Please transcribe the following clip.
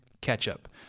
ketchup